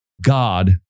God